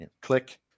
click